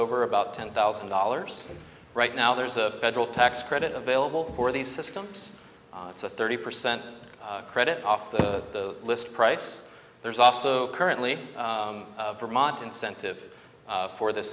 over about ten thousand dollars right now there's a federal tax credit available for these systems it's a thirty percent credit off the list price there's also currently vermont incentive for this